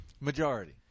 Majority